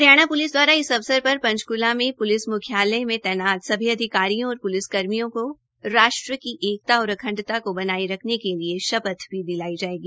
Haryana police द्वारा इस अवसर पर पंचकूला में प्लिस म्ख्यालय में तैनात सभी अधिकारियों और प्लिसकर्मियों को राष्ट्र की एकता और अखंडता को बनाए रखने के लिए शपथ भी दिलवाई जाएगी